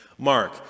Mark